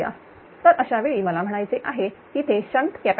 तर अशावेळी मला म्हणायचे आहे तिथे शंट कॅपॅसिटर नाही